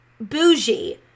bougie